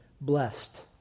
blessed